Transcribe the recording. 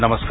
नमस्कार